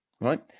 Right